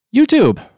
YouTube